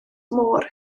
môr